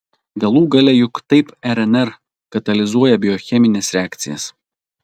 galų gale juk taip rnr katalizuoja biochemines reakcijas